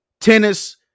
tennis